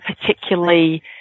particularly